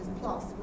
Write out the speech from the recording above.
plus